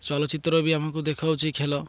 ଚଳଚିତ୍ର ବି ଆମକୁ ଦେଖାଉଛି ଖେଳ